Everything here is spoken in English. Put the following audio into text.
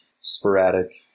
sporadic